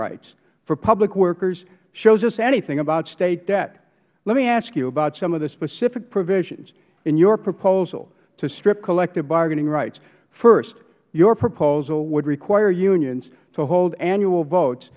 rights for public workers shows us anything about state debt let me ask you about some of the specific provisions in your proposal to strip collective bargaining rights first your proposal would require unions to hold annual votes